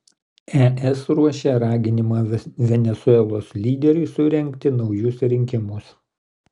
es ruošia raginimą venesuelos lyderiui surengti naujus rinkimus